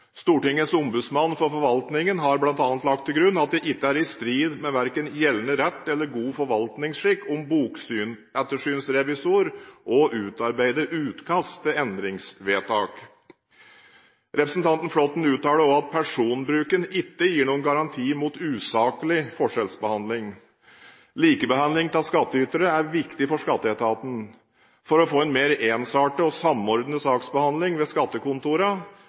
Stortingets ombudsmann for forvaltningen har bl.a. lagt til grunn at det ikke er i strid med verken gjeldende rett eller god forvaltningsskikk om en bokettersynsrevisor også utarbeider utkast til endringsvedtak. Representanten Flåtten uttaler også at personbruken ikke gir noen garanti mot usaklig forskjellsbehandling. Likebehandling av skattytere er viktig for skatteetaten. For å få en mer ensartet og samordnet saksbehandling ved